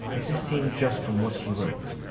this is seen just from what he wrote.